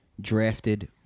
drafted